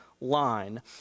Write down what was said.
line